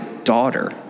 daughter